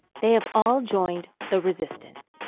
they have all joined the resistance.